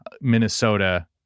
Minnesota